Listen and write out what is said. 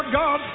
god